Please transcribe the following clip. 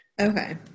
Okay